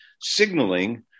signaling